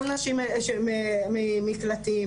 גם נשים שמגיעות ממקלטים